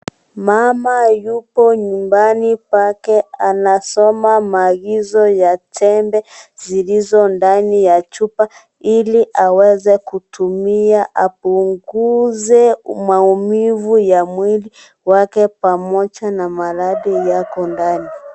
Mama yupo nyumbani, babake anasoma maagizo ya tembe zilizo ndani ya chupa ili aweze kutumia apunguze maumivu ya mwili wake pamoja na maradhi yako ndani.